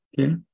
Okay